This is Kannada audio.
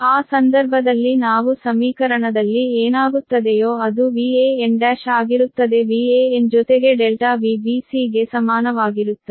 ಆ ಸಂದರ್ಭದಲ್ಲಿ ನಾವು ಸಮೀಕರಣದಲ್ಲಿ ಏನಾಗುತ್ತದೆಯೋ ಅದು Van1 ಆಗಿರುತ್ತದೆ ವ್ಯಾನ್ ಜೊತೆಗೆ ಡೆಲ್ಟಾ Vbc ಗೆ ಸಮಾನವಾಗಿರುತ್ತದೆ